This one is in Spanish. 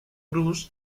bruce